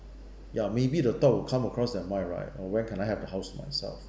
ya maybe the thought would come across their mind right on when can I have a house myself